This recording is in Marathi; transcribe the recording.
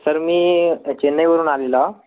सर मी चेन्नईवरून आलेला